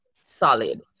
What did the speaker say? solid